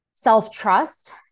self-trust